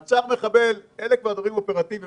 מעצר מחבל אלה כבר דברים אופרטיביים